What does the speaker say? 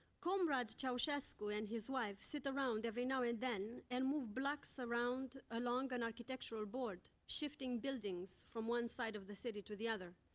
comrades ceausescu and his wife sit around every now and then and move blocks along an architectural board, shifting buildings from one side of the city to the other,